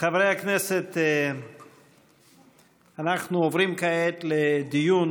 חברי הכנסת, אנחנו עוברים כעת לדיון